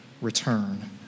return